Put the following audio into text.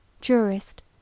jurist